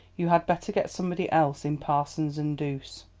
you had better get somebody else in parsons and douse.